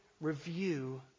review